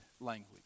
language